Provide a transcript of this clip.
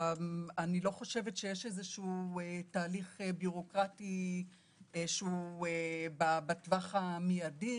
אני חושבת שאין תהליך בירוקרטי שהוא בטווח המיידי,